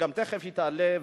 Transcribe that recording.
תיכף היא תעלה,